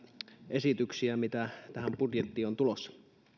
esityksiä mitä tähän budjettiin on tulossa